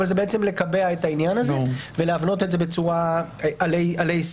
אבל זה לקבע את העניין הזה ולהבנות את זה עלי ספר.